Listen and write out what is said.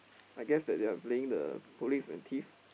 I guess that they are playing the police and thief